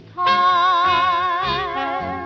time